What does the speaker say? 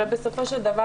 הרי בסופו של דבר,